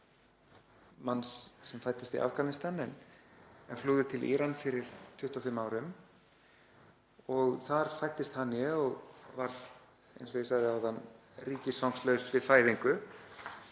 manns sem fæddist í Afganistan en flúði til Írans fyrir 25 árum og þar fæddist Haniye og varð, eins og ég sagði áðan, ríkisfangslaus við fæðingu.